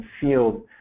field